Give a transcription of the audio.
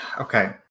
Okay